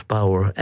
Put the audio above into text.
Power